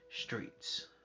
streets